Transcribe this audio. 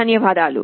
ధన్యవాదాలు